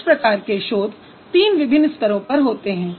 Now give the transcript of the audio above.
इस प्रकार के शोध तीन विभिन्न स्तरों पर होते हैं